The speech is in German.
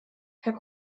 herr